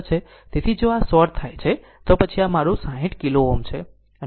તેથી જો આ શોર્ટ થાય છે તો પછી આ મારું 60 કિલો Ω છે અને આ 6 કિલો Ω છે